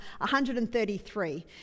133